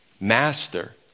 Master